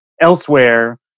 elsewhere